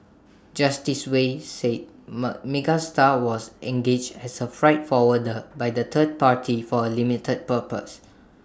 Justice Wei said ma Megastar was engaged as A freight forwarder by the third party for A limited purpose